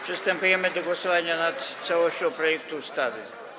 Przystępujemy do głosowania nad całością projektu ustawy.